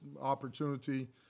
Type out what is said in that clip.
opportunity